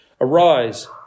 Arise